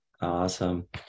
Awesome